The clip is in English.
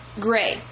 gray